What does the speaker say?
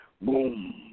boom